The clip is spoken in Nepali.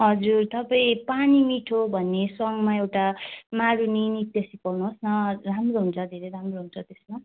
हजुर तपाईँ पानी मिठो भन्ने सङमा एउटा मारुनी नृत्य सिकाउनुहोस् न राम्रो हुन्छ धेरै राम्रो हुन्छ त्यसमा